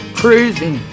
cruising